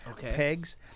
pegs